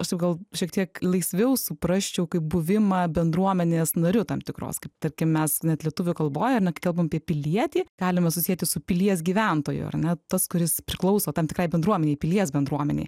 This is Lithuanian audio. aš sakau gal šiek tiek laisviau suprasčiau kaip buvimą bendruomenės nariu tam tikros kaip tarkim mes net lietuvių kalboj ane kai kalbam apie pilietį galime susieti su pilies gyventoju ar ne tas kuris priklauso tam tikrai bendruomenei pilies bendruomenei